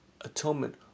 Atonement